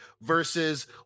versus